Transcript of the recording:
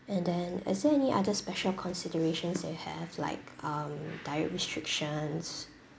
and then is there any other special considerations you have like um diet restrictions